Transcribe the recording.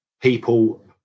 people